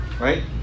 Right